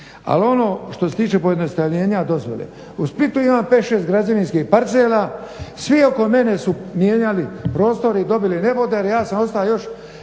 Ali ono što se tiče pojednostavljenja dozvole. U Splitu ima 5, 6 građevinskih parcela, svi oko mene su mijenjali prostor i dobili nebodere. Ja sam ostao još